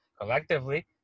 collectively